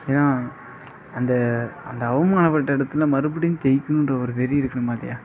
ஏனால் அந்த அந்த அவமானப்பட்ட இடத்துல மறுபடியும் ஜெயிக்கணும்ற ஒரு வெறி இருக்கணுமா இல்லையா